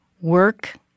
Work